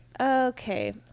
Okay